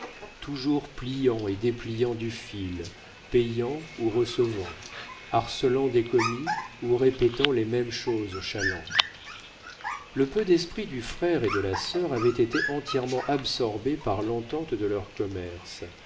toujours pliant et dépliant du fil payant ou recevant harcelant des commis ou répétant les mêmes choses aux chalands le peu d'esprit du frère et de la sœur avait été entièrement absorbé par l'entente de leur commerce